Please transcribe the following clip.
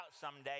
someday